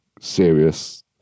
serious